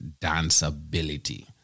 danceability